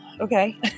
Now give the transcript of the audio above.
okay